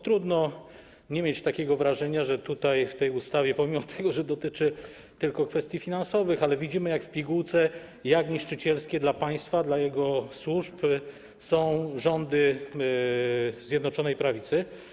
Trudno nie mieć takiego wrażenia, że w tej ustawie - pomimo tego, że dotyczy tylko kwestii finansowych - widzimy jak w pigułce, jak niszczycielskie dla państwa, dla jego służb są rządy Zjednoczonej Prawicy.